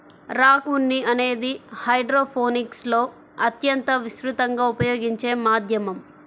rock ఉన్ని అనేది హైడ్రోపోనిక్స్లో అత్యంత విస్తృతంగా ఉపయోగించే మాధ్యమం